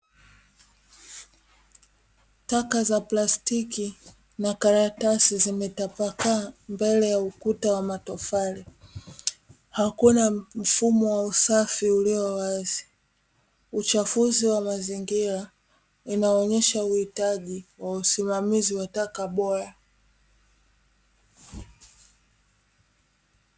Taka za plastiki na karatasi zimetapakaa mbele ya ukuta wa matofari hakuna mfumo wa usafi ulio wazi, uchafuzi wa mazingira inaonyesha uhitaji wa usimamizi wa taka bora.